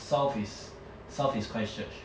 south is south is christ church